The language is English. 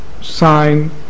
sign